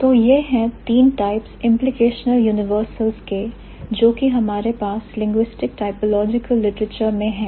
तो यह है 3 टाइप्स implicational universals के जो कि हमारे पास linguistic typological literature मैं है